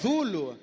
Zulu